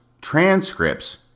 transcripts